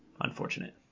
unfortunate